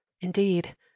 indeed